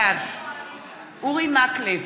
בעד אורי מקלב,